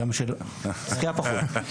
שחייה פחות.